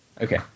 Okay